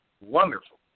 wonderful